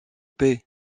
paix